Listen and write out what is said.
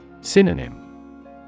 Synonym